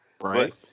Right